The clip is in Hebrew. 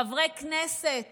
חברי כנסת